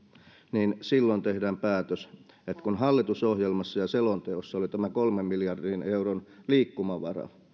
niin silloin tehdään päätös että kun hallitusohjelmassa ja selonteossa oli tämä kolmen miljardin euron liikkumavara